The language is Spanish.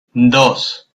dos